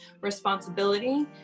responsibility